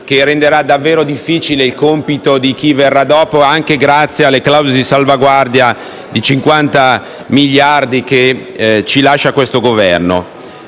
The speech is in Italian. che renderà davvero difficile il compito di chi verrà dopo, anche grazie alle clausole di salvaguardia di 50 miliardi che ci lascia questo Governo.